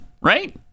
Right